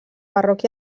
barroc